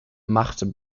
macht